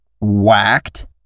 whacked